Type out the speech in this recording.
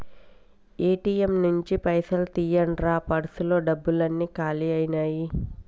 ATM నుంచి పైసలు తీయండ్రా పర్సులో డబ్బులన్నీ కాలి అయ్యినాయి